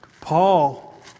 Paul